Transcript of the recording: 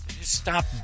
Stop